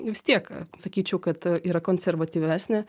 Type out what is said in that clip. vis tiek sakyčiau kad yra konservatyvesnė